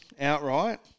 outright